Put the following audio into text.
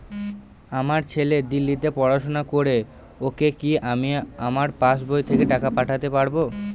আমার ছেলে দিল্লীতে পড়াশোনা করে ওকে কি আমি আমার পাসবই থেকে টাকা পাঠাতে পারব?